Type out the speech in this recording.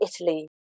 Italy